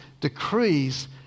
decrees